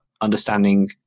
understanding